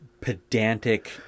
pedantic